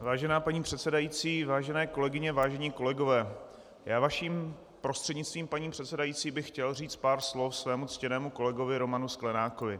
Vážená paní předsedající, vážené kolegyně, vážení kolegové, vaším prostřednictvím, paní předsedající, bych chtěl říct pár slov svému ctěnému kolegovi Romanu Sklenákovi.